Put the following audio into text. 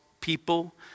people